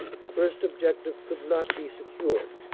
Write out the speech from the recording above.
the first objective could not be secured,